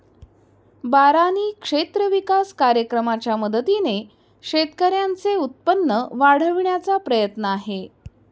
बारानी क्षेत्र विकास कार्यक्रमाच्या मदतीने शेतकऱ्यांचे उत्पन्न वाढविण्याचा प्रयत्न आहे